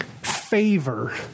favor